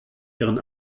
ihren